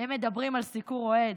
הם מדברים על סיקור אוהד.